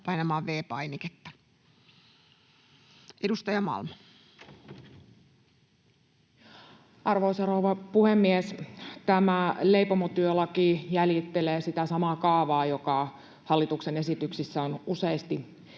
lain muuttamisesta Time: 14:39 Content: Arvoisa rouva puhemies! Tämä leipomotyölaki jäljittelee sitä samaa kaavaa, joka hallituksen esityksissä on useasti